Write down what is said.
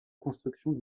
construction